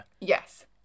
Yes